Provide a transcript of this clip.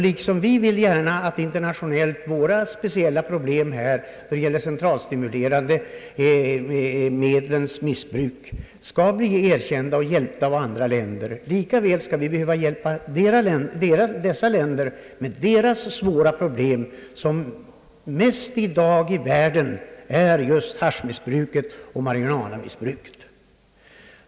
Liksom vi gärna vill att våra speciella problem då det gäller missbruket av de centralstimulerande medlen skall bli internationellt erkända, så att andra län der kan hjälpa oss, skall vi hjälpa andra länder med deras svåra problem, som i dag främst består i haschmissbruket och marijuanamissbruket.